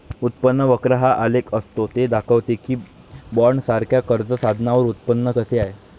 उत्पन्न वक्र हा आलेख असतो ते दाखवते की बॉण्ड्ससारख्या कर्ज साधनांवर उत्पन्न कसे आहे